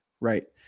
right